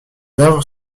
œuvres